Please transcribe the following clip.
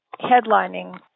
headlining